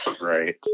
Right